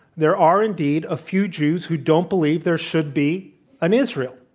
there are indeed a few jews who don't believe there should be an israel.